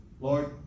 Lord